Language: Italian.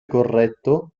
corretto